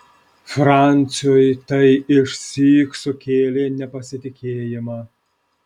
franciui tai išsyk sukėlė nepasitikėjimą